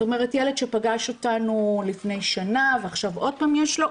זאת אומרת ילד שפגש אותנו לפני שנה ועכשיו עוד פעם יש לנו,